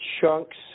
Chunk's